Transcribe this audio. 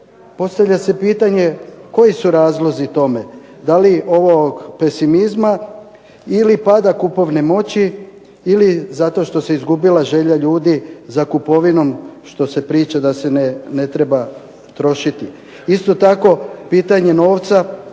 Postavlja se pitanje koji su razlozi tome? Da li ovog pesimizma ili pada kupovne moći ili zato što se izgubila želja ljudi za kupovinom što se priča da se ne treba trošiti? Isto tako pitanje novca,